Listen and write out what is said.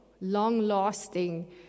long-lasting